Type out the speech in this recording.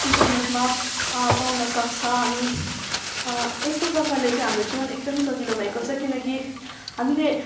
इनटरनेटमा पाउन सक्छ अनि एस्तो प्रकारले चाहिँ हाम्रो एकदमै सजिलो भएको छ किनकि हामीले